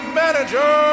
manager